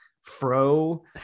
fro